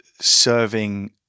serving